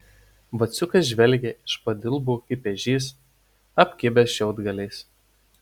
vaciukas žvelgė iš padilbų kaip ežys apkibęs šiaudgaliais